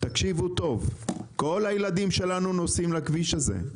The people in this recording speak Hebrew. תקשיבו טוב: כל הילדים שלנו נוסעים על הכביש הזה.